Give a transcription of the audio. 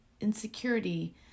insecurity